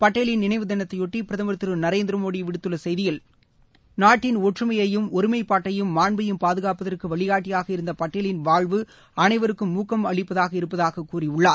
படேலின் நினைவு தினத்தையொட்டி பிரதமர் திரு நரேந்திரமோடி விடுத்துள்ள செய்தியில் நாட்டின் ஒற்றுமையையும் ஒருமைப்பாட்டையும் மாண்பையும் பாதுகாப்பதற்கு வழிகாட்டியாக இருந்த படேலின் வாழ்வு அனைவருக்கும் ஊக்கம் அளிப்பதாக இருப்பதாகக் கூறியுள்ளார்